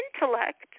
intellect